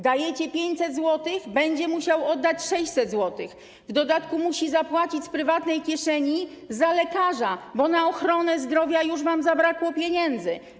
Dajecie Polakowi 500 zł, a będzie musiał oddać 600 zł, w dodatku musi zapłacić z prywatnej kieszeni za lekarza, bo na ochronę zdrowia już wam zabrakło pieniędzy.